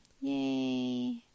Yay